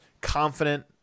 confident